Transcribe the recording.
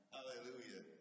Hallelujah